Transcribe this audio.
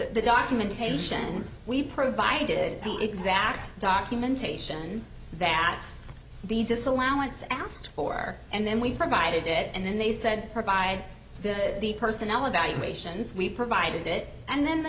the documentation we provided the exact documentation that the disallowance asked for and then we provided it and then they said provide the personnel evaluations we provided it and then the